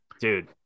dude